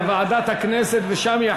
לדיון מוקדם בוועדה שתקבע ועדת הכנסת נתקבלה.